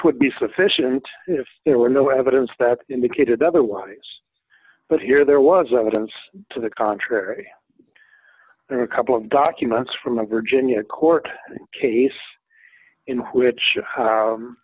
would be sufficient if there were no evidence that indicated otherwise but here there was evidence to the contrary there are a couple of documents from a virginia court case in which